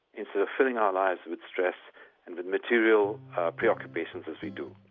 instead of filling our lives with stress and with material preoccupations as we do.